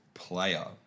player